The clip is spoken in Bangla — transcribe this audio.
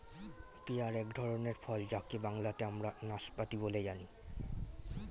পেয়ার এক ধরনের ফল যাকে বাংলাতে আমরা নাসপাতি বলে জানি